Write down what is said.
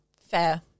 Fair